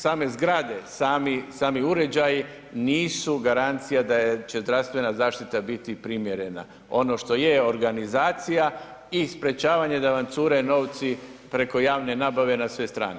Same zgrade, sami uređaji nisu garancija da će zdravstvena zaštita biti primjerena, ono što je organizacija i sprečavanje da vam cure novci preko javne nabave na sve strane.